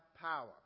power